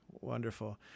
Wonderful